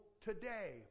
today